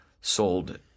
sold